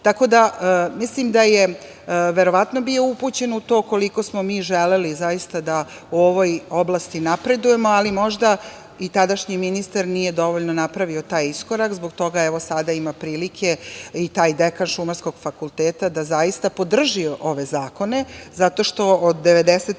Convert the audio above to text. Mislim da je verovatno bio upućen u to koliko smo mi želeli zaista da u ovoj oblasti napredujemo, ali možda i tadašnji ministar nije dovoljno napravio taj iskorak, zbog toga evo sada ima prilike i taj dekan Šumarskog fakulteta da zaista podrži ove zakone, zato što od 95%